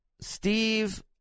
Steve